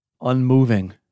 Unmoving